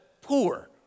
poor